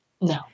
No